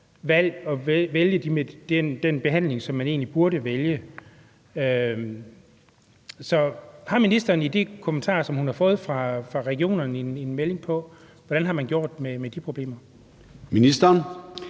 at vælge den behandling, som man egentlig burde vælge. Så har ministeren ud fra de kommentarer, som hun har fået fra regionerne, en melding om, hvordan man har gjort i forhold til de problemer? Kl.